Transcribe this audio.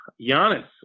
Giannis